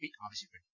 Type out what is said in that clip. P ആവശ്യപ്പെട്ടു